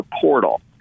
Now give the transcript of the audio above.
portal